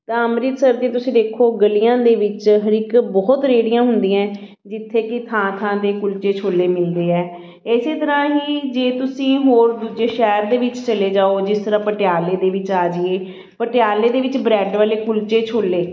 ਤਾਂ ਅੰਮ੍ਰਿਤਸਰ ਦੀਆਂ ਤੁਸੀਂ ਦੇਖੋ ਗਲੀਆਂ ਦੇ ਵਿੱਚ ਹਰ ਇੱਕ ਬਹੁਤ ਰੇੜੀਆਂ ਹੁੰਦੀਆਂ ਜਿੱਥੇ ਕਿ ਥਾਂ ਥਾਂ 'ਤੇ ਕੁਲਚੇ ਛੋਲੇ ਮਿਲਦੇ ਹੈ ਇਸੇ ਤਰ੍ਹਾਂ ਹੀ ਜੇ ਤੁਸੀਂ ਹੋਰ ਦੂਜੇ ਸ਼ਹਿਰ ਦੇ ਵਿੱਚ ਚਲੇ ਜਾਓ ਜਿਸ ਤਰ੍ਹਾਂ ਪਟਿਆਲੇ ਦੇ ਵਿੱਚ ਆ ਜੀਏ ਪਟਿਆਲੇ ਦੇ ਵਿੱਚ ਬਰੈਡ ਵਾਲੇ ਕੁਲਚੇ ਛੋਲੇ